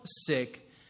sick